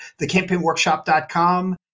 thecampaignworkshop.com